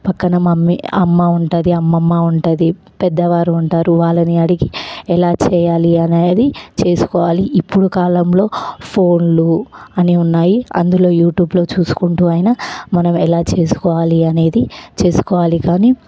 పక్కన మమ్మీ అమ్మ ఉంటుంది అమ్మమ్మ ఉంటుంది పెద్దవారు ఉంటారు వాళ్ళని అడిగి ఎలా చెయ్యాలి అనేది చేసుకోవాలి ఇప్పుడు కాలంలో ఫోన్లు అన్ని ఉన్నాయి అందులో యూట్యూబ్లో చూసుకుంటూ అయినా మనం ఎలా చేసుకోవాలి అనేది చేసుకోవాలి కానీ